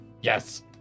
Yes